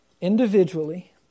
individually